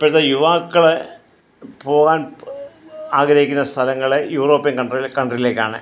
ഇപ്പോഴത്തെ യുവാക്കൾ പോകാൻ ആഗ്രഹിക്കുന്ന സ്ഥലങ്ങൾ യൂറോപ്യൻ കൺട്രി കൺട്രിയിലേക്കാണ്